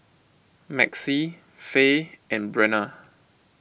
Maxie Fae and Brenna